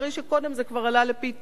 אחרי שקודם זה כבר עלה לפי-תשעה.